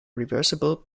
reversible